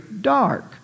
dark